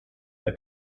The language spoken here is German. der